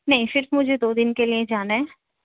نہیں صرف مجھے دو دِن کے لئے ہی جانا ہے